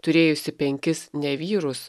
turėjusi penkis ne vyrus